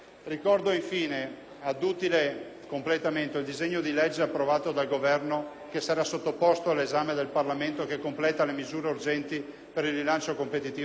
completamento, il disegno di legge approvato dal Governo, che sarà sottoposto all'esame del Parlamento, che completa le misure urgenti per il rilancio competitivo del settore primario.